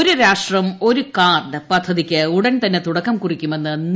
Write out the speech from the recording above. ഒരു രാഷ്ട്രം ഒരു കാർഡ് പദ്ധതിക്ക് ഉടൻതന്നെ തുടക്കം കുറിക്കുമെന്ന് നിതി ആയോഗ്